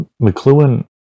McLuhan